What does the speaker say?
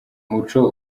muco